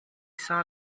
saw